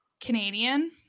Canadian